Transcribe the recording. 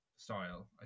Style